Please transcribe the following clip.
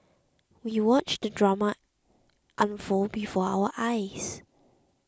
we watched the drama unfold before our eyes